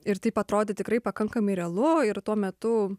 ir taip atrodė tikrai pakankamai realu ir tuo metu